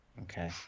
Okay